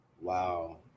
Wow